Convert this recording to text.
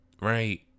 right